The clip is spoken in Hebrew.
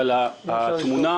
אבל אמרת